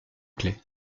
clef